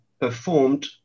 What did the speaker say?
performed